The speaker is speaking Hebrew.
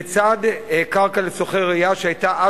לצד קרקע לצורכי רעייה שהיתה אז,